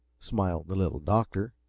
smiled the little doctor,